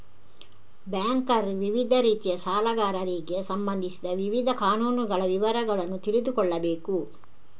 banker ವಿವಿಧ ರೀತಿಯ ಸಾಲಗಾರರಿಗೆ ಸಂಬಂಧಿಸಿದ ವಿವಿಧ ಕಾನೂನುಗಳ ವಿವರಗಳನ್ನು ತಿಳಿದುಕೊಳ್ಳಬೇಕು